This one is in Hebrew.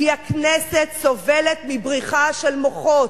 כי הכנסת סובלת מבריחה של מוחות.